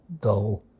dull